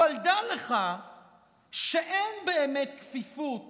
אבל דע לך שאין באמת כפיפות